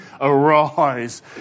arise